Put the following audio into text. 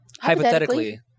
hypothetically